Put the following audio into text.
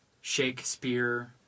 Shakespeare